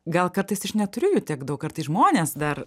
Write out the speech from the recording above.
gal kartais aš neturiu jų tiek daug kartais žmonės dar